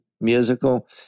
musical –